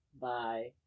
Bye